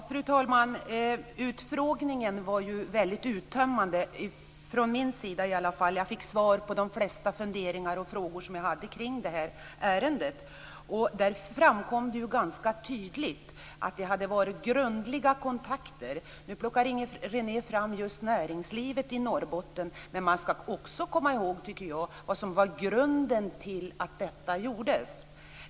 Fru talman! Det var en väldigt uttömmande utfrågning. Jag fick svar på de flesta funderingar och frågor som jag hade kring detta ärende. Det framkom ganska tydligt att det hade förekommit grundliga kontakter. Inger René tog upp just näringslivet i Norrbotten. Men man skall också komma ihåg grunden till att detta förbud infördes.